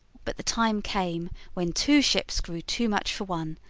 but the time came when two ships grew too much for one,